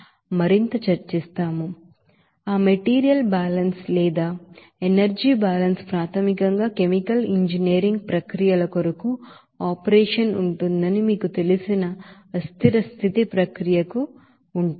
కానీ ఆ material balance లేదా ఎనర్జీ బ్యాలెన్స్ ప్రాథమికంగా కెమికల్ ఇంజనీరింగ్ ప్రక్రియల కొరకు ఆపరేషన్ ఉంటుందని మీకు తెలిసిన అంస్టడీ స్టేట్ ప్రాసెస్ అస్థిర స్థితి ప్రక్రియ కు ఉంటుంది